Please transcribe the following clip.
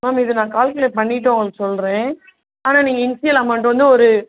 ma'am இது நான் calculate பண்ணிவிட்டு உங்களுக்கு சொல்லுறேன் ஆனால் நீங்கள் இன்ஷியல் அமௌண்ட்டு வந்து ஒரு